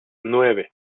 nueve